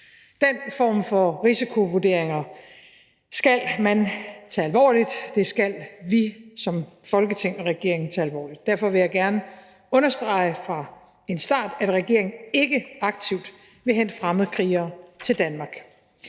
Den form for risikovurderinger skal man tage alvorligt, det skal vi som Folketing og regering tage alvorligt, og derfor vil jeg gerne understrege som en start, at regeringen ikke aktivt vil hente fremmedkrigere til Danmark.